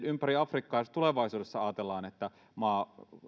ympäri afrikkaa jos tulevaisuudessa ajatellaan että maa